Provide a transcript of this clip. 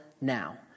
now